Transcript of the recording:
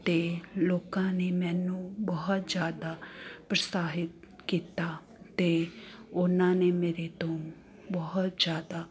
ਅਤੇ ਲੋਕਾਂ ਨੇ ਮੈਨੂੰ ਬਹੁਤ ਜ਼ਿਆਦਾ ਪ੍ਰਤੋਸਾਹਿਤ ਕੀਤਾ ਅਤੇ ਉਨ੍ਹਾਂ ਨੇ ਮੇਰੇ ਤੋਂ ਬਹੁਤ ਜ਼ਿਆਦਾ